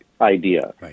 Idea